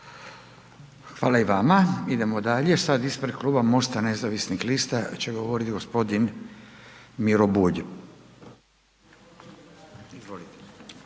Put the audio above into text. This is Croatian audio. Hvala i vama. Idemo dalje. Sad ispred Kluba MOST-a Nezavisnih lista će dogovoriti g. Miro Bulj.